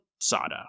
Sada